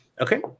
Okay